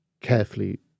carefully